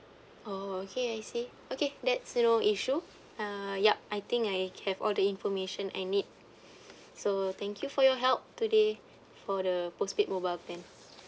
oh okay I see okay that's no issue uh yup I think I have all the information I need so thank you for your help today for the postpaid mobile plan